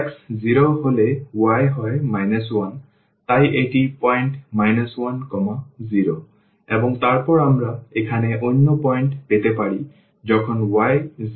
সুতরাং এখানে x 0 হলে y হয় 1 তাই এটি পয়েন্ট 10 এবং তারপরে আমরা এখানে অন্য পয়েন্ট পেতে পারি যখন y 0 x 1 হয়